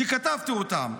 וכתבתי אותן.